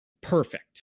Perfect